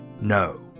No